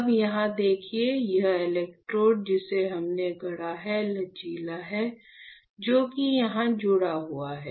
अब यहां देखिए यह इलेक्ट्रोड जिसे हमने गढ़ा है लचीला है जो कि यह जुड़ा हुआ है